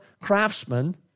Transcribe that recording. craftsman